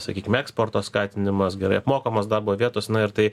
sakykim eksporto skatinimas gerai apmokamos darbo vietos na ir tai